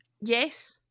yes